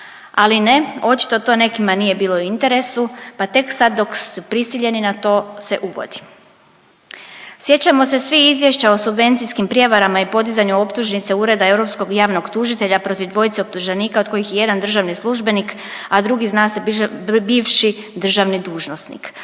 Ali ne, očito to nekima nije bilo u interesu pa tek sad dok su prisiljeni na to se uvodi. Sjećamo se svih izvješća o subvencijskim prijevarama i podizanju optužnice Ureda europskog javnog tužitelja protiv dvojice optuženika od kojih je jedan državni službenik, a drugi zna se bivši državni dužnosnik,